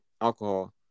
alcohol